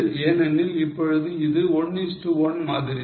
ஏனெனில் இப்பொழுது இது 1 is to 1 மாதிரி தான்